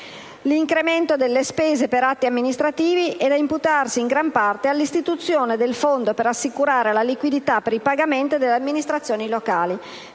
L'incremento delle spese per atti amministrativi è da imputarsi in gran parte all'istituzione del fondo per assicurare la liquidità per i pagamenti delle amministrazioni locali: